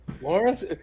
Lawrence